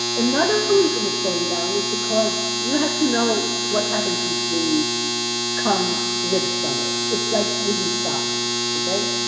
another reason it's going down is because you have to know what happens in sweden come midsummer. it's like sweden stops, ok,